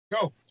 Go